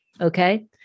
Okay